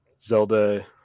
Zelda